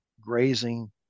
grazing